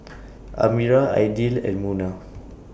Amirah Aidil and Munah